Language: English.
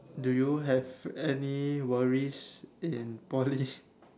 do you any worries in Poly